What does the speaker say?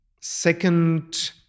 second